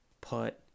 Put